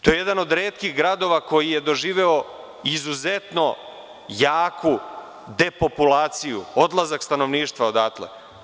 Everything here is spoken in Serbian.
To je jedan od retkih gradova koji je doživeo izuzetno jaku depopulaciju, odlazak stanovništva odatle.